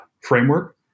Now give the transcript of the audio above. framework